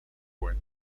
rouen